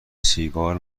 سیگار